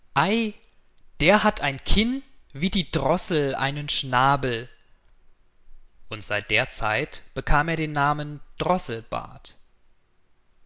der hat ein kinn wie die droßel einen schnabel und seit der zeit bekam er den namen